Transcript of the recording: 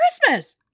Christmas